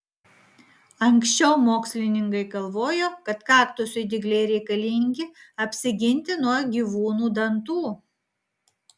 anksčiau mokslininkai galvojo kad kaktusui dygliai reikalingi apsiginti nuo gyvūnų dantų